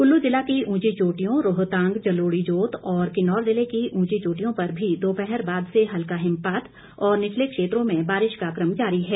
कुल्लू ज़िला की ऊंची चोटियों रोहतांग जलोड़ी जोत और किन्नौर ज़िले की ऊंची चोटियों पर भी दोपहर बाद से हल्का हिमपात और निचले क्षेत्रों में बारिश का क्रम जारी है